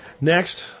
Next